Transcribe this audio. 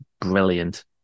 brilliant